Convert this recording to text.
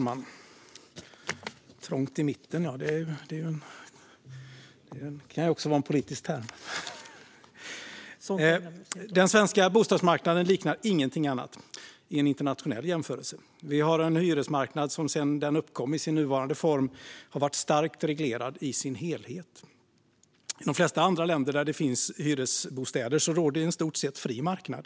Fru talman! Den svenska bostadsmarknaden liknar vid en internationell jämförelse ingen annan. Vi har en hyresmarknad som sedan den uppkom i sin nuvarande form har varit starkt reglerad i sin helhet. I de flesta andra länder där det finns hyresbostäder råder en i stort sett fri marknad.